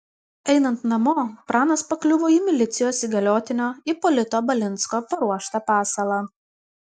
einant namo pranas pakliuvo į milicijos įgaliotinio ipolito balinsko paruoštą pasalą